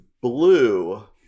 blue